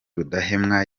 rudakemwa